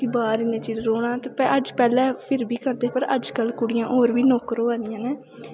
कि बाह्र इन्ने चिर रौह्ना ते अज्ज पैह्लें फिर बी करदे हे पर अज्ज कल कुड़ियां होर बी नौकर होआ दियां न